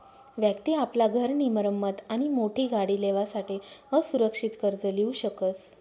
व्यक्ति आपला घर नी मरम्मत आणि मोठी गाडी लेवासाठे असुरक्षित कर्ज लीऊ शकस